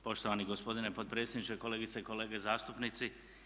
Poštovani gospodine potpredsjedniče, kolegice i kolege zastupnici.